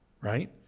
Right